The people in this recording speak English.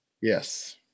Yes